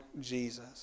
Jesus